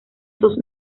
esos